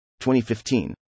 2015